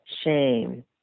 shame